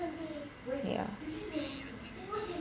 ya